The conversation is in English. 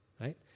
right